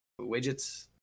widgets